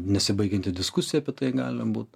nesibaigianti diskusija apie tai gali būt